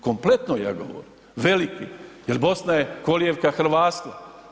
Kompletno ja govorim, veliki jer Bosna je kolijevka hrvatstva.